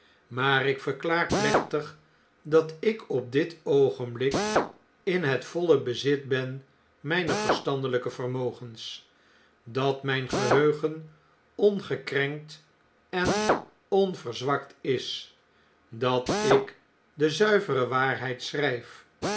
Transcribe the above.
maar ik verklaar plechtig dat ik op dit oogenblik in het voile bezit ben mijner verstandeln'ke vermogens dat mn'n geheugen ongekrenkt en onverzwakt is dat ik de zuivere waarheid schrjjf